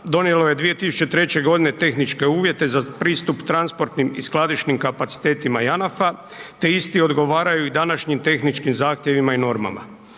donijelo je 2003. godine tehničke uvjete za pristup transportnim i skladišnim kapacitetima Janafa te isti odgovaraju i današnjim tehničkim zahtjevima i normama.